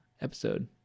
episode